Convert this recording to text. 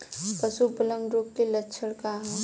पशु प्लेग रोग के लक्षण का ह?